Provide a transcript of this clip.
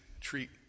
treat